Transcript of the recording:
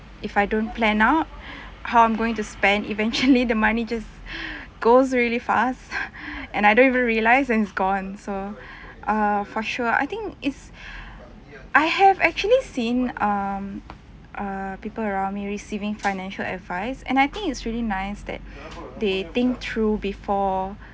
if I don't plan out how I'm going to spend eventually the money just goes really fast and I don't even realise and it's gone so err for sure I think is I have actually seen um err people around me receiving financial advice and I think it's really nice that they think through before